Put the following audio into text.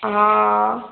हँ